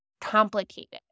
complicated